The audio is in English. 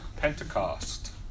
Pentecost